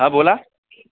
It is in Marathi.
हा बोला